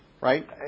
right